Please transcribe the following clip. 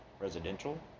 Residential